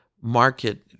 market